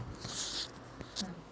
mm